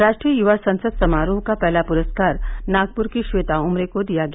राष्ट्रीय युवा संसद समारोह का पहला पुरस्कार नागपुर की श्वेता उमरे को दिया गया